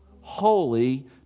Holy